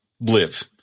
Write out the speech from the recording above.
live